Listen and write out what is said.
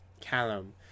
Callum